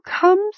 comes